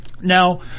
Now